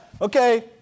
okay